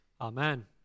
Amen